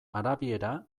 arabiera